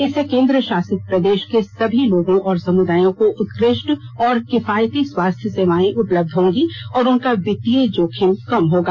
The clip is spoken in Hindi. इससे केन्द्रशासित प्रदेश के सभी लोगों और समुदायों को उत्कृष्ट और किफायती स्वास्थ सेवाएं उपलब्ध होंगी और उनका वित्तीय जोखिम कम होगा